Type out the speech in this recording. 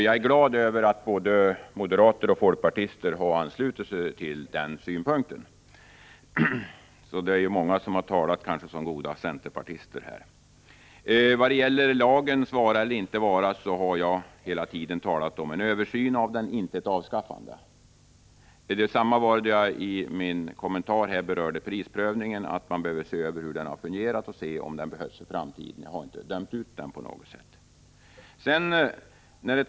Jag är glad över att både moderater och folkpartister har anslutit sig till denna synpunkt. Man kan därför säga att många här har talat som goda centerpartister. När det gäller lagens vara eller inte vara har jag hela tiden talat om en översyn av den, inte om ett avskaffande. Detsamma gäller min kommentar där jag berörde prisprövningen, nämligen att man behöver se över hur den har fungerat och se om den behövs i framtiden. Jag har inte på något sätt dömt ut den.